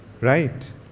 Right